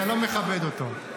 אתה לא מכבד אותו.